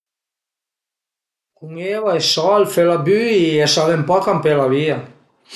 Cun eva e sal, fela büi e s'a ven pà campèla via